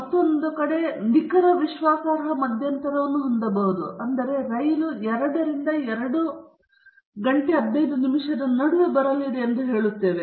ಮತ್ತೊಂದೆಡೆ ನಾವು ತುಂಬಾ ನಿಖರ ವಿಶ್ವಾಸಾರ್ಹ ಮಧ್ಯಂತರವನ್ನು ಹೊಂದಬಹುದು ಅದು ರೈಲು 2 ರಿಂದ 215 ರ ನಡುವೆ ಬರಲಿದೆ ಎಂದು ಹೇಳುತ್ತದೆ